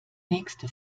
nächste